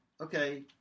okay